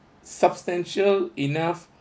substantial enough